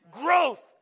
growth